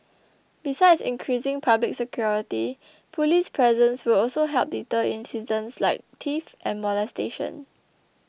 besides increasing public security police presence will also help deter incidents like theft and molestation